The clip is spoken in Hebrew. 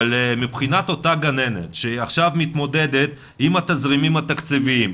אבל מבחינת אותה גננת שעכשיו מתמודדת עם התזרימים התקציביים,